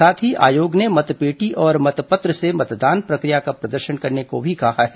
साथ ही आयोग ने मतपेटी और मतपत्र से मतदान प्रक्रिया का प्रदर्शन करने को भी कहा है